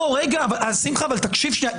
שמחה, תקשיב שנייה.